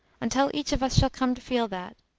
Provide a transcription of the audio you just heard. until each of us shall come to feel that,